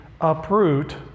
uproot